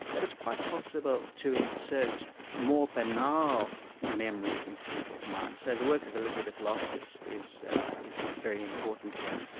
that it's quite possible to insert more banal memories into people's minds, so the work of elizabeth loftus is is very important here.